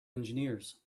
engineers